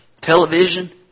television